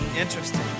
Interesting